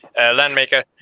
Landmaker